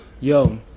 Yo